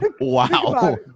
Wow